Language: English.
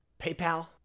PayPal